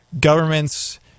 governments